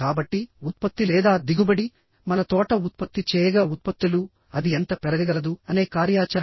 కాబట్టిఉత్పత్తి లేదా దిగుబడిమన తోట ఉత్పత్తి చేయగల ఉత్పత్తులుఅది ఎంత పెరగగలదు అనే కార్యాచరణ